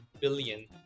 billion